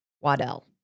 Waddell